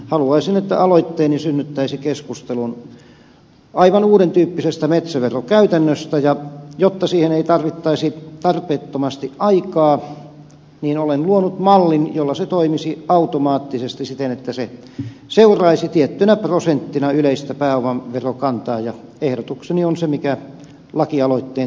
haluaisin että aloitteeni synnyttäisi keskustelun aivan uudentyyppisestä metsäverokäytännöstä ja jotta siihen ei tarvittaisi tarpeettomasti aikaa olen luonut mallin jolla se toimisi automaattisesti siten että se seuraisi tiettynä prosenttina yleistä pääomaverokantaa ja ehdotukseni on se mikä lakialoitteen